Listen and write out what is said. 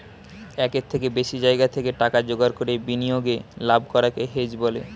একের থেকে বেশি জায়গা থেকে টাকা জোগাড় করে বিনিয়োগে লাভ করাকে হেজ বলে